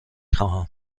خواهم